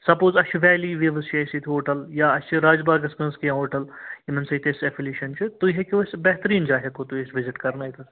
suppose اَسہِ چھُ valley وِوِز چھِ اَسہِ ییٚتہِ ہوٹل یا اَسہِ چھِ راج باغَس منٛز کیٚنٛہہ ہوٹل یِمن سۭتۍ اَسہِ اٮ۪فِلیشَن چھِ تُہۍ ہٮ۪کِو اَسہِ بہتٕریٖن جاے ہٮ۪کو تُہۍ أسۍ وِزِٹ کرنٲوِتھ حظ